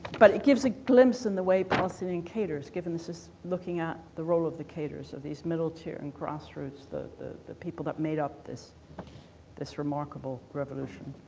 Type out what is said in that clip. but it gives a glimpse in the way palestinian cadres, given this is looking at the role of the cadres, of these middle tier and grassroots, the the people that made up this this remarkable revolution.